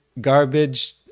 garbage